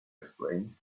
explained